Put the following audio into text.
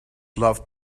loved